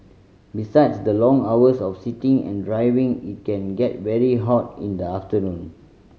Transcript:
besides the long hours of sitting and driving it can get very hot in the afternoon